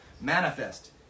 manifest